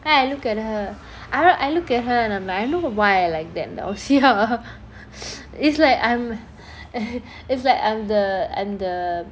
then I look at her I don't know I look at her and I'm like I know why I'm like that when I see her it's like I'm is that I'm the I'm the